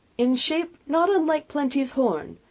in shape not unlike plenty's horn,